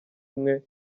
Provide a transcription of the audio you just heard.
umwe